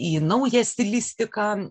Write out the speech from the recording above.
į naują stilistiką